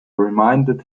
reminded